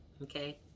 Okay